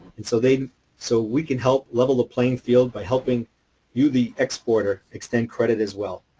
and so they so we can help level the playing field by helping you, the exporters, extend credit as well.